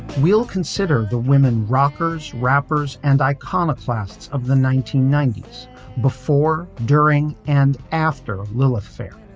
we'll consider the women, rockers, rappers and iconoclasts of the nineteen ninety s before, during and after lilith fair.